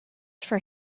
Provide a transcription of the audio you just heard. for